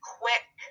quick